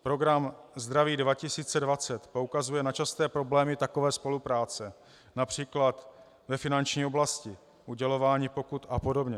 Program Zdraví 2020 poukazuje na časté problémy takové spolupráce např. ve finanční oblasti, udělování pokut apod.